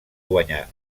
guanyar